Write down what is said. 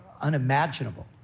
unimaginable